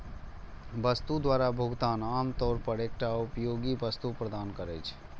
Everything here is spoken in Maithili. वस्तु द्वारा भुगतान आम तौर पर एकटा उपयोगी वस्तु प्रदान करै छै